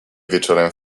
wieczorem